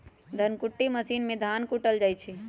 धन कुट्टी मशीन से धान कुटल जाइ छइ